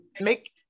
make